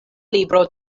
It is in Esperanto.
libro